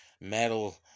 metal